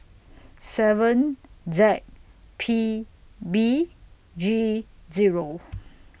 seven Z P B G Zero